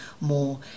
more